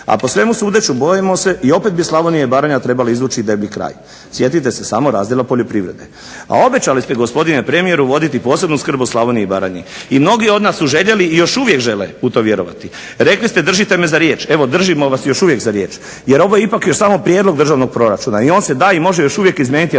A po svemu sudeći bojimo se i opet bi Slavonija i Baranja trebali izvući deblji kraj. Sjetite se samo razdjela poljoprivrede. A obećali ste gospodine premijeru voditi posebnu skrb o Slavoniji i Baranji i mnogi od nas su željeli i još uvijek žele u to vjerovati. Rekli ste držite me za rije. Evo držimo vas još uvijek za riječ, jer ovo je ipak još samo prijedlog državnog proračuna i on se da i može još uvijek izmijeniti amandmanima